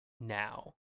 now